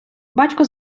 батько